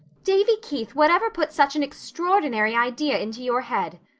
davy keith, whatever put such an extraordinary idea into your head?